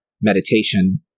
meditation